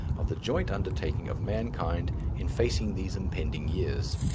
of the joint undertaking of mankind in facing these impending years.